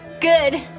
Good